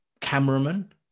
cameraman